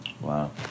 Wow